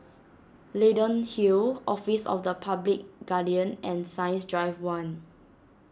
Leyden Hill Office of the Public Guardian and Science Drive one